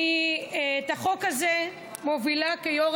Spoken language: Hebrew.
את החוק הזה אני מובילה כיו"ר